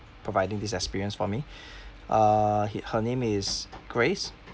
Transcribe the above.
providing this experience for me uh he~ her name is grace